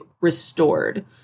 restored